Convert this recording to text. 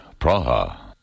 Praha